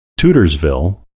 Tudorsville